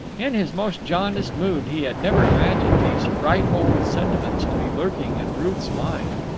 in his most jaundiced mood he had never imagined these frightful sentiments to be lurking in ruth's mind.